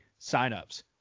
signups